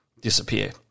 disappear